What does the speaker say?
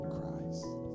Christ